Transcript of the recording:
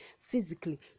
physically